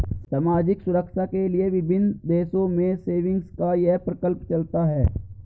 सामाजिक सुरक्षा के लिए विभिन्न देशों में सेविंग्स का यह प्रकल्प चलता है